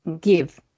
give